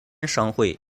商会